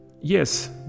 yes